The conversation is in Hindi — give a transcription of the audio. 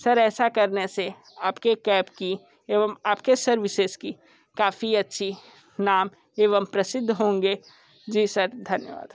सर ऐसा करने से आप के कैब का एवं आप के सर्विसेस का काफ़ी अच्छा नाम एवं प्रसिद्ध होंगे जी सर धन्यवाद